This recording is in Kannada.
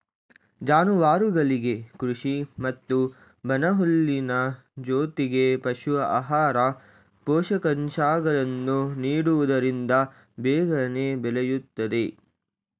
ಜಾನುವಾರುಗಳಿಗೆ ಕೃಷಿ ಮತ್ತು ಒಣಹುಲ್ಲಿನ ಜೊತೆಗೆ ಪಶು ಆಹಾರ, ಪೋಷಕಾಂಶಗಳನ್ನು ನೀಡುವುದರಿಂದ ಬೇಗನೆ ಬೆಳೆಯುತ್ತದೆ